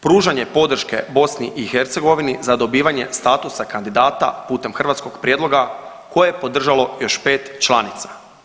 Pružanje podrške BiH za dobivanje statusa kandidata putem hrvatskog prijedloga koje je podržalo još 5 članica.